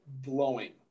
blowing